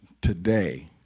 today